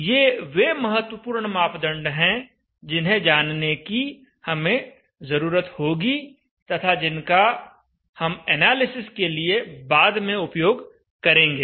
ये वे महत्वपूर्ण मापदंड हैं जिन्हें जानने की हमें जरूरत होगी तथा जिनका हम एनालिसिस के लिए बाद में उपयोग करेंगे